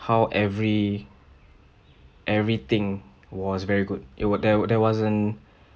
how every everything was very good it were there were there wasn't